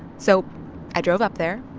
so i drove up there.